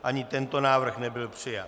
Ani tento návrh nebyl přijat.